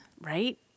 Right